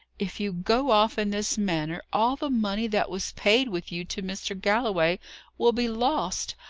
if you go off in this manner, all the money that was paid with you to mr. galloway will be lost!